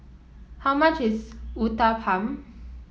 how much is Uthapam